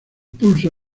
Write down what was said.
pulso